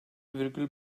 virgül